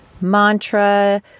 mantra